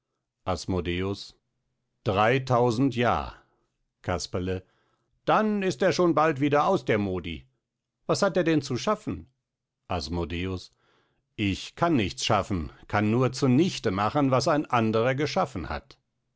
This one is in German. asmodeus dreitausend jahr casperle dann ist er schon bald wieder aus der modi was hat er denn zu schaffen asmodeus ich kann nichts schaffen kann nur zunichte machen was ein anderer geschaffen hat